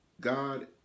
God